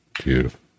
Beautiful